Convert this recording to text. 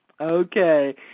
Okay